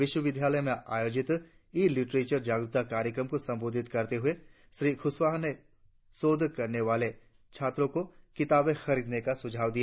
विश्वविद्यालय में आयोजित ई लिट्रेचर जागरुकता कार्यक्रम को संबोधित करते हुए श्री कुशवाहा ने शोध करने वाले छात्रों को किताबें खरीदने का सुझाव दिया